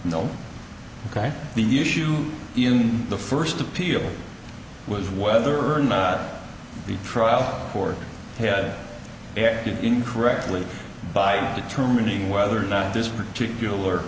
no ok the issue in the first appeal was whether or not the trial for incorrectly by determining whether or not this particular